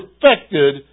perfected